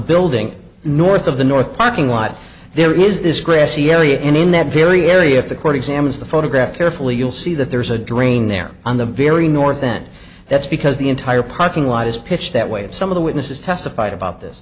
building north of the north parking lot there is this grassy area and in that very area if the court examines the photograph carefully you'll see that there's a drain there on the very north end that's because the entire parking lot is pitched that way and some of the witnesses testified about this